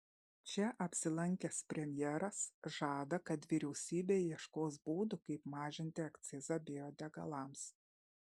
čia apsilankęs premjeras žada kad vyriausybė ieškos būdų kaip mažinti akcizą biodegalams